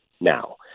now